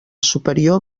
superior